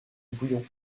bouillon